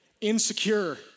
insecure